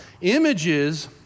images